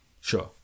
Sure